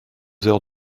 heures